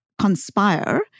conspire